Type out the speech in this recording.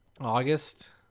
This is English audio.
August